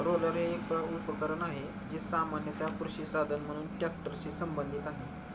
roller हे एक उपकरण आहे, जे सामान्यत कृषी साधन म्हणून ट्रॅक्टरशी संबंधित आहे